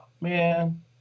Man